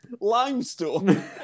limestone